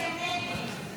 הסתייגות 5 לא נתקבלה.